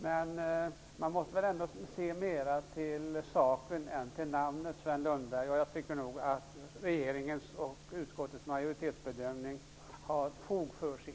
Men man måste nog se mer till saken än till namnet, Sven Lundberg, och jag tycker att regeringens och utskottsmajoritetens bedömning har fog för sig.